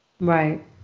right